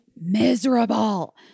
miserable